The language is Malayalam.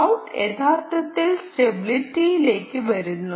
Vout യഥാർത്ഥത്തിൽ സ്റ്റെബിലിറ്റിയിലേക്ക് വരുന്നു